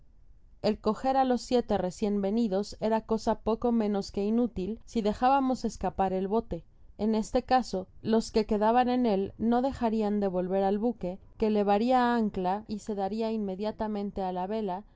el coger á los siete recien venidos era cosa poco menos que inútil si dejábamos escapar el bote en este caso los que quedaban en él no dejarian de volver al buque que levaria ancla y se daria inmediatamente á la vela